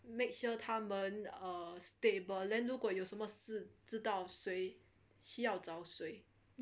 make sure 他们 a stable then 如果有什么事知道谁需要找谁